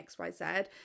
xyz